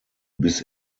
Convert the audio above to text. bis